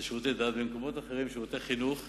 אבל במקומות אחרים זה שירותי חינוך.